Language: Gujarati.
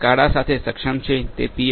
તે સ્કાડા સાથે સક્ષમ છે તે પી